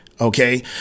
Okay